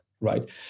right